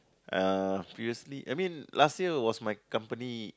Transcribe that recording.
uh previously I mean last year was my company